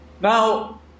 Now